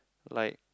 like